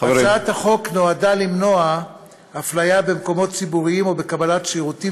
הצעת החוק נועדה למנוע אפליה במקומות ציבוריים או בקבלת שירותים